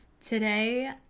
today